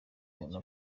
muntu